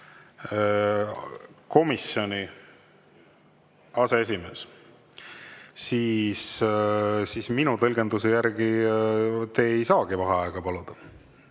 komisjoni aseesimees, siis minu tõlgenduse järgi te ei saagi vaheaega paluda.